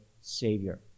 Savior